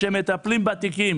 שמטפלים בתיקים